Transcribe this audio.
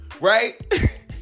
right